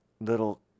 little